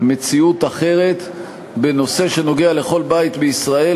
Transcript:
מציאות אחרת בנושא שנוגע לכל בית בישראל,